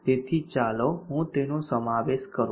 તેથી ચાલો હું તેનો સમાવેશ કરું